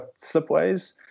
slipways